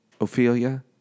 Ophelia